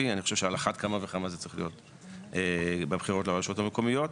על סדר היום הצעת חוק לתיקון דיני הבחירות לרשויות המקומיות,